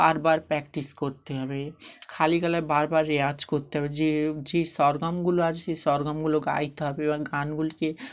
বার বার প্র্যাকটিস করতে হবে খালিগালায় বারবার রেওয়াজ করতে হবে যে যে সরগমগুলো আছে সেই সরগমগুলো গাইতে হবে এবং গানগুলিকে